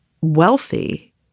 wealthy